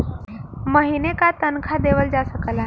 महीने का तनखा देवल जा सकला